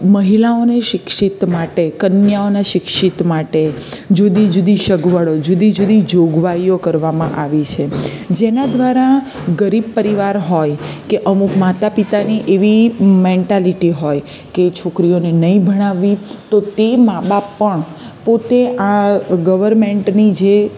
મહિલાઓને શિક્ષિત માટે કન્યાઓનાં શિક્ષિત માટે જુદી જુદી સગવડો જુદી જુદી જોગવાઇઓ કરવામાં આવી છે જેના દ્વારા ગરીબ પરિવાર હોય કે અમુક માતા પિતાની એવી મેન્ટાલીટી હોય કે છોકરીઓને નહીં ભણાવવી તો તે મા બાપ પણ પોતે આ ગવર્મેન્ટની જે